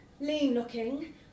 lean-looking